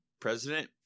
president